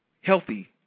healthy